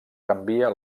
canvia